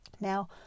Now